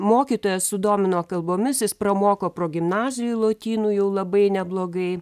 mokytojas sudomino kalbomis jis pramoko progimnazijoj lotynų jau labai neblogai